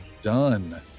Done